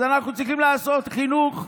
אז אנחנו צריכים לעשות חינוך,